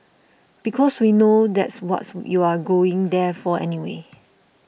because we know that's what's you're going there for anyway